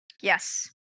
yes